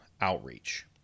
outreach